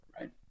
right